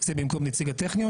זה במקום נציג הטכניון,